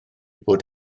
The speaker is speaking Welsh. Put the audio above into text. bod